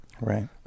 Right